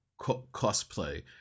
cosplay